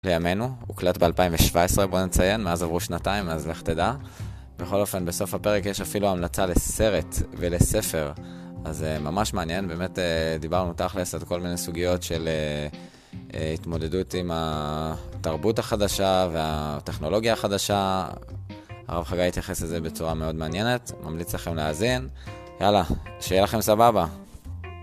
לימינו, הוא קלט ב-2017 בוא נציין, מאז עברו שנתיים, אז לך תדע. בכל אופן, בסוף הפרק יש אפילו המלצה לסרט ולספר, אז זה ממש מעניין, באמת דיברנו תכלסת כל מיני סוגיות של אה.. התמודדות עם התרבות החדשה והטכנולוגיה החדשה, הרב חגאי התייחס לזה בצורה מאוד מעניינת, ממליץ לכם להאזין. יאללה, שיהיה לכם סבבה.